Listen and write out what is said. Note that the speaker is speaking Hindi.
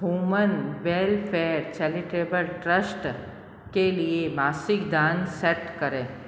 ह्यूमन वेलफेयर चैरिटेबल ट्रस्ट के लिए मासिक दान सेट करें